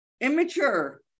Immature